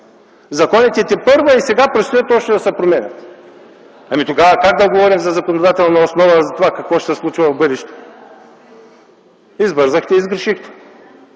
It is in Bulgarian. Законите тепърва и сега предстои още да се променят. Тогава как да говорим за законодателна основа за това какво ще се случва в бъдеще? Избързахте. И сгрешихте!